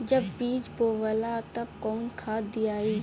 जब बीज बोवाला तब कौन खाद दियाई?